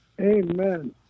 Amen